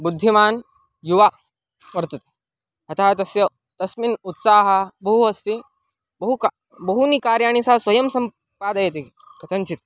बुद्धिमान् युवा वर्तते अतः तस्य तस्मिन् उत्साहः बहु अस्ति बहु बहूनि कार्याणि सः स्वयं सम्पादयति कथञ्चित्